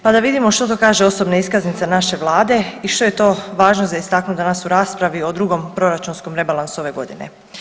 Pa da vidimo što to kaže osobna iskaznica naše vlade i što je to važno za istaknuti danas u raspravi o drugom proračunskom rebalansu ove godine.